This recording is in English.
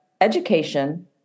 education